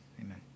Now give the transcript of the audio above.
Amen